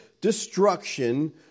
destruction